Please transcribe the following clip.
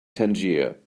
tangier